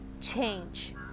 change